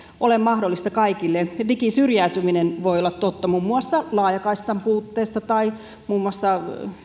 ole mahdollista kaikille digisyrjäytyminen voi olla totta muun muassa laajakaistan puutteesta johtuen tai